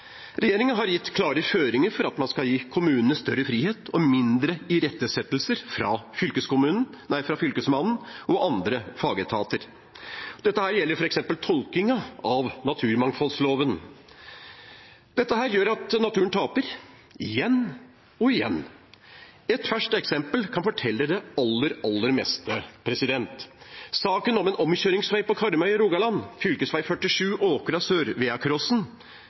Regjeringa har gitt klare føringer for at man skal gi kommunene større frihet og færre innsigelser fra Fylkesmannen og andre fagetater. Dette gjelder f.eks. tolkingen av naturmangfoldloven. Dette gjør at naturen taper – igjen og igjen. Et ferskt eksempel kan fortelle det aller, aller meste. Saken om en omkjøringsvei på Karmøy i Rogaland, fv. 47 Åkra